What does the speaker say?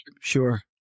Sure